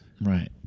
Right